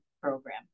program